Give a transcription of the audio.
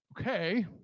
okay